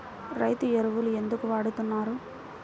రైతు ఎరువులు ఎందుకు వాడుతున్నారు?